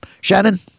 Shannon